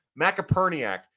Macaperniak